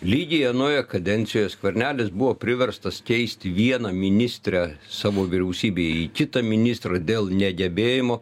lygiai anoje kadencijoje skvernelis buvo priverstas keisti vieną ministrę savo vyriausybėj į kitą ministrą dėl negebėjimo